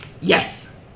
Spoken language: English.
Yes